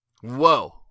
Whoa